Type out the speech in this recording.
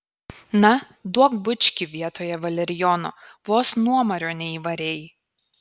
na duok bučkį vietoje valerijono vos nuomario neįvarei